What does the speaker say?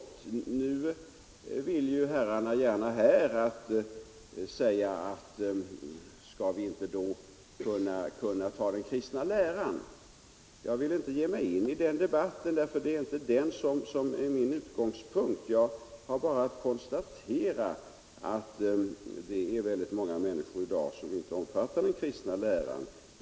Längre har jag inte gått. äga att vi borde kunna ha den kristna läran som utgångspunkt. Jag vill inte ge mig in i den debatten, därför att det är inte den som är min utgångspunkt; jag har bara att konstatera att många människor i dag inte omfattar den kristna läran.